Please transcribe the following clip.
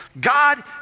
God